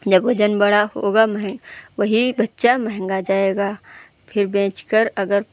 जब वज़न बड़ा होगा वही बच्चा महँगा जाएगा फिर बेचकर